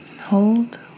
hold